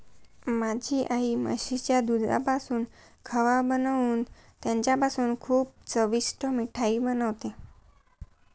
माझी आई म्हशीच्या दुधापासून खवा बनवून त्याच्यापासून खूप चविष्ट मिठाई बनवते